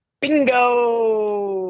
Bingo